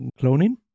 cloning